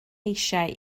eisiau